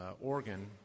organ